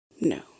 No